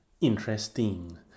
interesting